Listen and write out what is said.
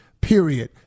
period